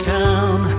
town